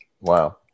Wow